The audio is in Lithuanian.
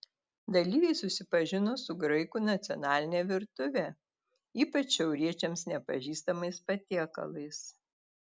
dalyviai susipažino su graikų nacionaline virtuve ypač šiauriečiams nepažįstamais patiekalais